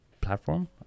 platform